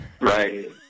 Right